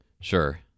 sure